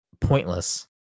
pointless